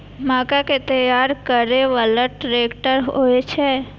मक्का कै तैयार करै बाला ट्रेक्टर होय छै?